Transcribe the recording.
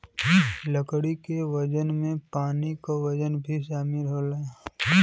लकड़ी के वजन में पानी क वजन भी शामिल होला